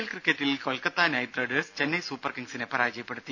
L ക്രിക്കറ്റിൽ Kolkata knight riders Chennai super കിങ്സിനെ പരാജയപ്പെടുത്തി